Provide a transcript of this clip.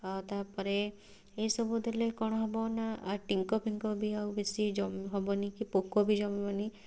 ଆଉ ତାପରେ ଏହିସବୁ ଦେଲେ କ'ଣ ହେବ ନା ଟିଙ୍କ ଫିଙ୍କ ବି ଆଉ ବେଶୀ ଜମ ହେବନି କି ପୋକ ବି ଜମିବନି